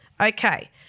Okay